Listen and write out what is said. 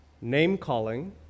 name-calling